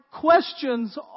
questions